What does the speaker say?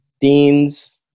deans